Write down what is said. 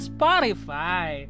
Spotify